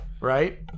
right